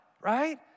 right